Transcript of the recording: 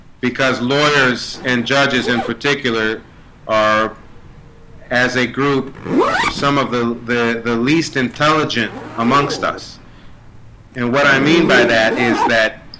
because lawyers and judges in particular are as a group some of the the the least intelligent amongst us and what i mean by that is that?